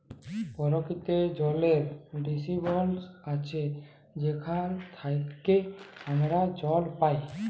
পরকিতিতে জলের ডিস্টিরিবশল আছে যেখাল থ্যাইকে আমরা জল পাই